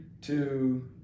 two